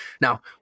Now